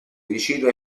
vicino